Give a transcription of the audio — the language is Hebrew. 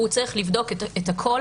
והוא צריך לבדוק את הכול.